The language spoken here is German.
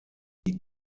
die